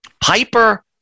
Piper